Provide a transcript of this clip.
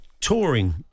touring